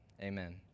amen